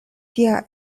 tia